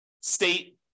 state